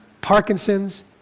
Parkinson's